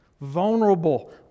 vulnerable